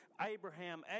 Abraham